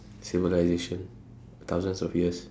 civilisation a thousands of years